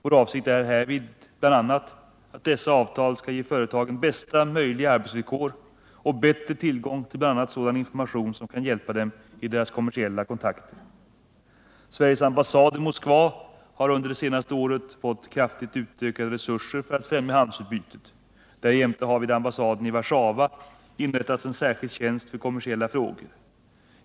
Vår avsikt härmed är bl.a. att dessa avtal skall ge företagen bästa möjliga arbetsvillkor som kan hjälpa dem i deras kommersiella kontakter. Sveriges ambassad i Moskva har under det senaste året fått kraftigt utökade resurser för att främja handelsutbytet. Därjämte har vid ambassaden i Warszawa inrättats en särskild tjänst för kommersiella frågor.